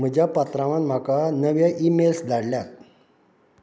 म्हज्या पात्रांवान म्हाका नवे ईमेल्स धाडल्यात